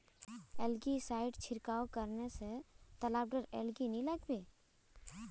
algae side छिड़काव करने स तालाबत एलगी नी लागबे